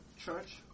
church